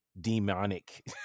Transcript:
demonic